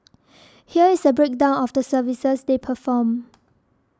here is a breakdown of the services they perform